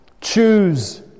Choose